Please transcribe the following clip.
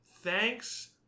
Thanks